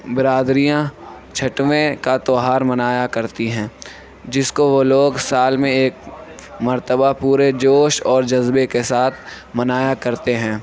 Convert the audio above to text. برادریاں چھٹویں کا تہوار منایا کرتی ہیں جس کو وہ لوگ سال میں ایک مرتبہ پورے جوش اور جذبے کے ساتھ منایا کرتے ہیں